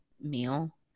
meal